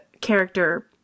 character